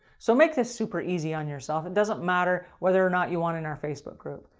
so make this super easy on yourself, it doesn't matter whether or not you want in our facebook group.